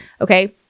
okay